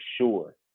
sure